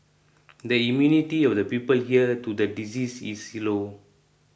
the immunity of the people here to the disease is low